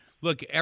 Look